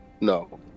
no